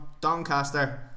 Doncaster